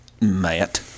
Matt